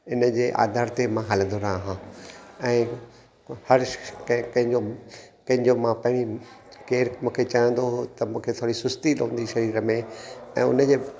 इन जे आधार ते मां हलंदो रहां ऐं हरश कंहिं कंहिंजो कंहिंजो मां पंहिंजी केरु मूंखे चवंदो हो त मूंखे थोरी सुस्ती रहंदी हुई शरीर में ऐं उन जे